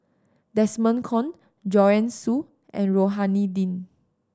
Desmond Kon Joanne Soo and Rohani Din